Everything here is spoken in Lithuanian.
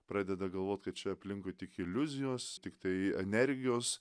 pradeda galvot kad čia aplinkui tik iliuzijos tiktai energijos